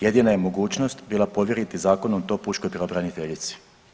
Jedina je mogućnost bila povjeriti zakonom to pučkoj pravobraniteljici.